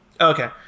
Okay